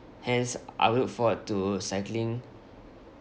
hence I will look forward to cycling